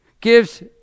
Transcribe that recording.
gives